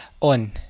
on